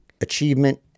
Achievement